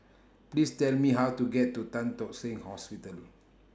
Please Tell Me How to get to Tan Tock Seng Hospital